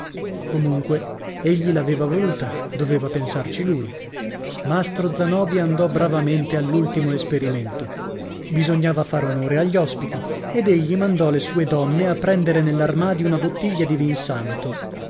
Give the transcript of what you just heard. comunque egli l'aveva voluta doveva pensarci lui mastro zanobi andò bravamente all'ultimo esperimento bisognava far onore agli ospiti ed egli mandò le sue donne a prendere nell'armadio una bottiglia di